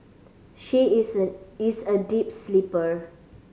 she is a a deep sleeper